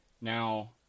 Now